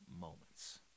moments